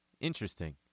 Interesting